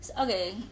okay